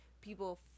people